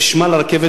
חשמל הרכבת,